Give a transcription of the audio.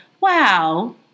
wow